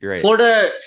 Florida